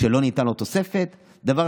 ולא ניתנה עליו תוספת, ב.